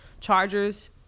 Chargers